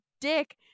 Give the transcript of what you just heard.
dick